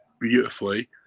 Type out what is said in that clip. beautifully